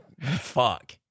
Fuck